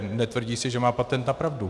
Netvrdí, že má patent na pravdu.